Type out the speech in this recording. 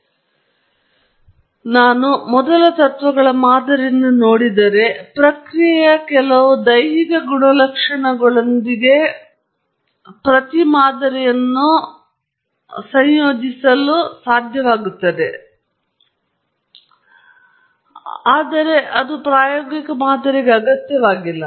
ನಾನು ಮಾದರಿಯನ್ನು ನೋಡಿದರೆ ಮೊದಲ ತತ್ವಗಳ ಮಾದರಿ ಪ್ರಕ್ರಿಯೆಯ ಕೆಲವು ದೈಹಿಕ ಗುಣಲಕ್ಷಣಗಳೊಂದಿಗೆ ಪ್ರತಿ ಮಾದರಿಯನ್ನು ನಾನು ಆ ಮಾದರಿಯಲ್ಲಿ ಸಂಯೋಜಿಸಲು ಸಾಧ್ಯವಾಗುತ್ತದೆ ಆದರೆ ಅದು ಪ್ರಾಯೋಗಿಕ ಮಾದರಿಯ ಅಗತ್ಯವಾಗಿಲ್ಲ